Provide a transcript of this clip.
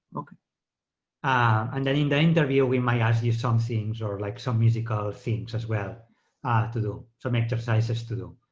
okay. sergi and then in the interview we might ask you some things or like some musical things as well ah to do, some exercises to do,